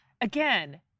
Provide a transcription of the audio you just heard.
Again